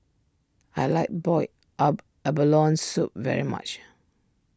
I like boiled up Abalone Soup very much